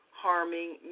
harming